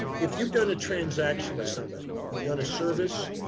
if you've done a transaction with somebody, you've done a service,